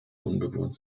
unbewohnt